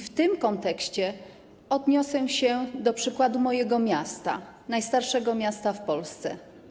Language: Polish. W tym kontekście odniosę się do przykładu mojego miasta, najstarszego miasta w Polsce.